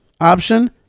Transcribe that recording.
option